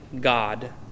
God